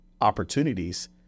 opportunities